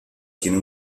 tiene